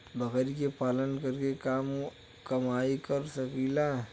बकरी के पालन करके अच्छा कमाई कर सकीं ला?